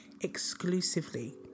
exclusively